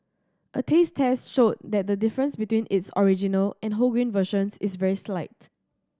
a taste test showed that the difference between its original and wholegrain versions is very slight